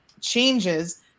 changes